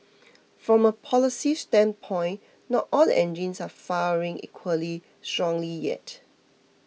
from a policy standpoint not all the engines are firing equally strongly yet